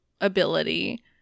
ability